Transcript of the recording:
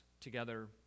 together